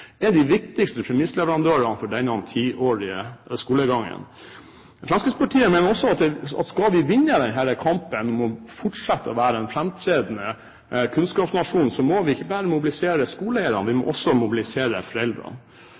er de viktigste premissleverandørene for denne tiårige skolegangen. Fremskrittspartiet mener også at skal vi vinne denne kampen om å fortsette å være en framtredende kunnskapsnasjon, må vi ikke bare mobilisere skoleeierne, vi må også mobilisere foreldrene.